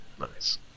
Nice